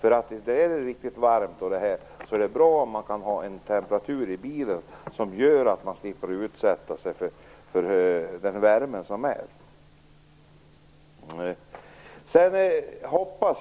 Är det riktigt varmt är det bra om man kan ha en temperatur i bilen som gör att man slipper utsätta sig för värmen.